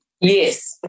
Yes